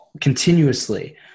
continuously